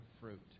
fruit